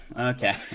Okay